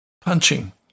punching